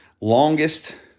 Longest